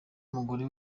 umugore